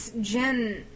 Jen